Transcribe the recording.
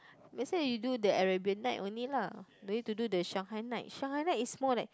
might as you do the Arabian night only lah no need to do the Shanghai night Shanghai night is more like